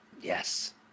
Yes